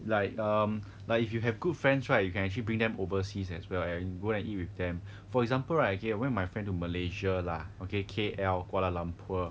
like um like if you have good friends right you can actually bring them overseas as well and go and eat with them for example right I went with my friend to malaysia lah okay K_L kuala lumpur